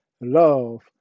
love